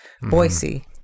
boise